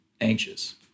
anxious